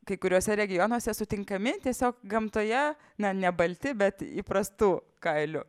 kai kuriuose regionuose sutinkami tiesiog gamtoje na ne balti bet įprastu kailiu